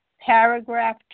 paragraph